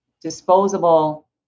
disposable